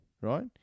right